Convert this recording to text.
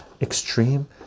extreme